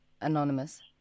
Anonymous